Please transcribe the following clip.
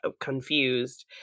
confused